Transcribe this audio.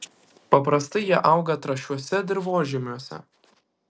paprastai jie auga trąšiuose dirvožemiuose